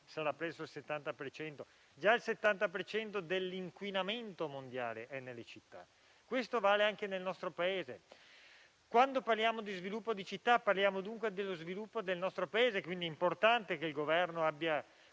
che già il 70 per cento dell'inquinamento mondiale è nelle città. Questo vale anche nel nostro Paese. Quando parliamo di sviluppo delle città, parliamo dunque dello sviluppo del nostro Paese. È quindi importante che il Governo abbia